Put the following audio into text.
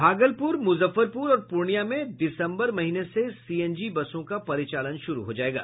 भागलपूर मूजफ्फरपूर और पूर्णिया में दिसंबर महीने से सीएनजी बसों का परिचालन शुरू हो जायेगा